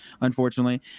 unfortunately